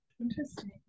Interesting